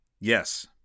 Yes